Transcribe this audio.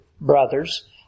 brothers